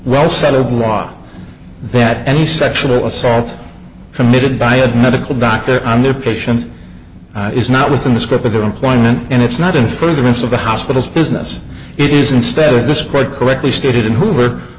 well settled law that any sexual assault committed by a medical doctor on their patient is not within the scope of their employment and it's not in furtherance of the hospital's business it is instead is this quite correctly stated in hoover